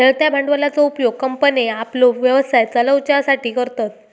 खेळत्या भांडवलाचो उपयोग कंपन्ये आपलो व्यवसाय चलवच्यासाठी करतत